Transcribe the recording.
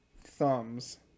thumbs